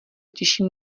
těším